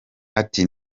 ati